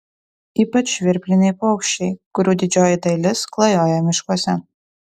ypač žvirbliniai paukščiai kurių didžioji dalis klajoja miškuose